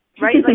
Right